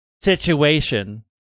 situation